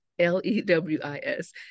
L-E-W-I-S